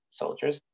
soldiers